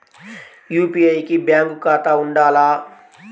UPI కి bank ఖాతా ఉండాల?